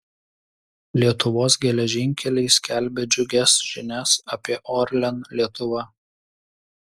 lietuvos geležinkeliai skelbia džiugias žinias apie orlen lietuva